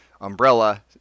umbrella